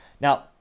Now